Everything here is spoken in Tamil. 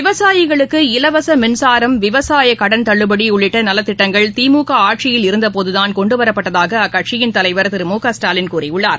விவசாயிகளுக்கு இலவச மின்சாரம் விவசாய கடன் தள்ளுபடி உள்ளிட்ட நலத்திட்டங்கள் திமுக ஆட்சியில் இருந்தபோதுதான் கொண்டுவரப்பட்டதாக அக்கட்சியின் தலைவர் திரு முகஸ்டாலின் கூறியுள்ளார்